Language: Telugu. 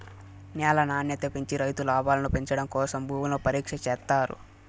న్యాల నాణ్యత పెంచి రైతు లాభాలను పెంచడం కోసం భూములను పరీక్ష చేత్తారు